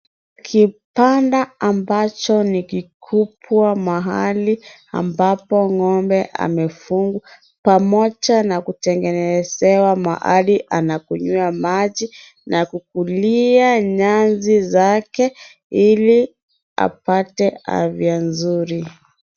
Kibanda ambacho ni kikubwa mahali, ambapo ng'ombe amefungwa, pamoja na kutengenezewa mahali anakunywea maji na kukulia nyasi zake, ili apate afya nzuri.